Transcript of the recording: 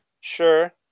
Sure